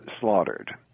slaughtered